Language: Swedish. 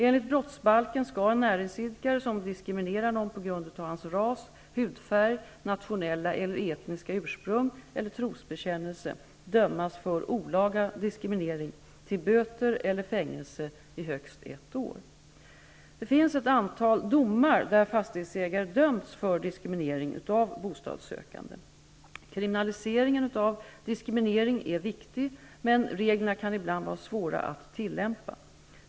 Enligt brottsbalken skall en näringsidkare som diskriminerar någon på grund av hans ras, hudfärg, nationella eller etniska ursprung eller trosbekännelse dömas för olaga diskriminering till böter eller fängelse i högst ett år. Det finns ett antal domar där fastighetsägare dömts för diskriminering av bostadssökande. Kriminaliseringen av diskriminering är viktig, men reglerna kan ibland vara svåra att tillämpa.